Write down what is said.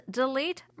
delete